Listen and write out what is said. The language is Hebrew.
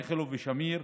איכילוב ושמיר.